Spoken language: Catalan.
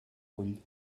ull